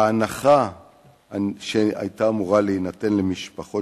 ההנחה שהיתה אמורה להינתן למשפחות